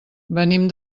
venim